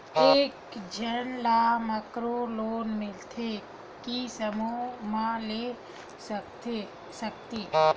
एक झन ला माइक्रो लोन मिलथे कि समूह मा ले सकती?